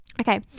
Okay